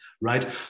right